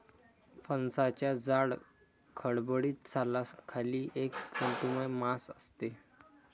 फणसाच्या जाड, खडबडीत सालाखाली एक तंतुमय मांस असते